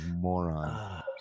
moron